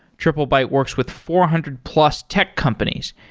triplebyte works with four hundred plus tech companies,